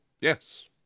Yes